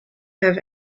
have